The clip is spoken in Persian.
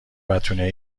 بتونه